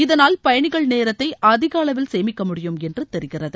இதனால் பயணிகள் நேரத்தை அதிக அளவில் சேமிக்க முடியும் என்று தெரிகிறது